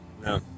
no